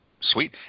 Sweet